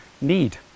need